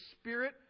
Spirit